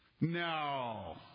No